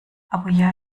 abuja